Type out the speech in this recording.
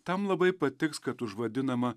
tam labai patiks kad už vadinamą